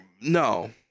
No